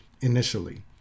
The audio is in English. initially